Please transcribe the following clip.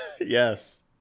Yes